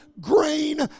grain